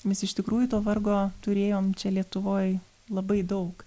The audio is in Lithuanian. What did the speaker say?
mes iš tikrųjų to vargo turėjom čia lietuvoj labai daug